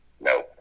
No